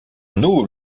nous